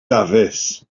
dafis